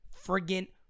friggin